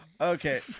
Okay